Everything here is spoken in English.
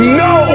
no